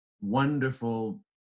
wonderful